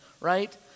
right